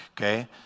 okay